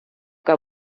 que